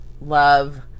love